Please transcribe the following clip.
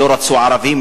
שלא רצו ערבים,